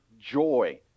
joy